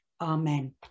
Amen